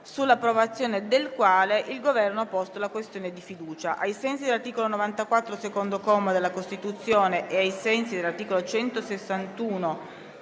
sull'approvazione del quale il Governo ha posto la questione di fiducia. Ricordo che ai sensi dell'articolo 94, secondo comma, della Costituzione e i sensi dell'articolo 161,